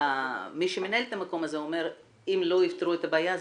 מי שמנהל את המקום הזה אומר שאם לא יפתרו את הבעיה הם